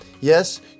Yes